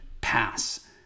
pass